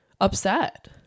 upset